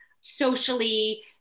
socially